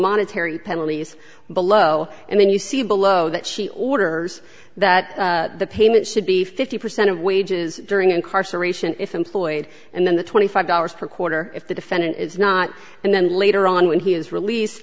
monetary penalties below and then you see below that she orders that the payment should be fifty percent of wages during incarceration if employed and then the twenty five dollars per quarter if the defendant is not and then later on when he is release